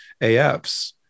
AFs